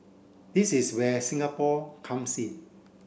this is where Singapore comes in